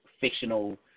fictional